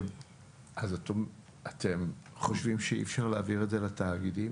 אתם חושבים שאי-אפשר להעביר את זה לתאגידים?